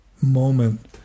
moment